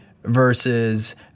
versus